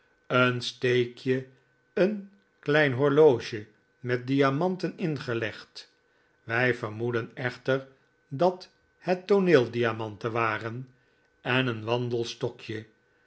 een steekje een klein horloge met diamanten ingelegd wij vermoeden echter dat het tooneeldiamanten waren en een wandelstokje